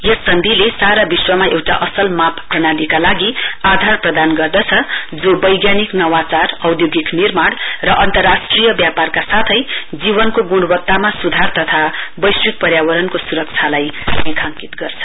यस सन्धील् सारा विश्व एउटा असल माप प्रणालीका लागि आधार प्रदान गर्दछ र यसले वैज्ञानिक नवचार औधोगिक निर्माण र अन्तर्राष्ट्रिय व्यापारका साथै जीवनको गुणवक्तामा सुधार तथा वैश्विक पर्यावरणको सुरक्षालाई रेखाङ्कित गर्छ